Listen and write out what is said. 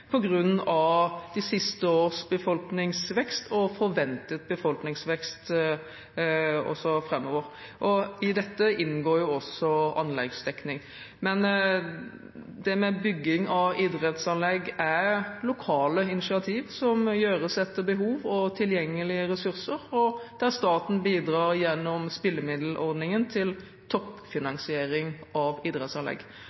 de siste års befolkningsvekst og forventet befolkningsvekst også framover. I dette inngår også anleggsdekning. Men det med bygging av idrettsanlegg er lokale initiativ som gjøres etter behov og tilgjengelige ressurser, der staten bidrar gjennom spillemiddelordningen til toppfinansiering av idrettsanlegg.